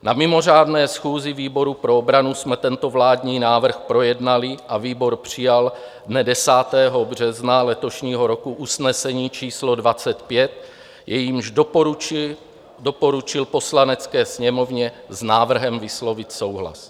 Na mimořádné schůzi výboru pro obranu jsme tento vládní návrh projednali a výbor přijal dne 10. března letošního roku usnesení číslo 25, jímž doporučil Poslanecké sněmovně s návrhem vyslovit souhlas.